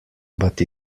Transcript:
but